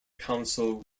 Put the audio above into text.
council